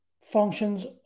functions